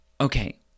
Okay